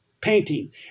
painting